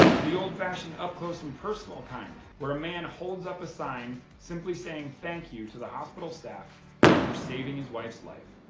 to the old-fashioned up-close-and-personal kind where a man holds up a sign simply saying thank you to the hospital staff for saving his wife's life.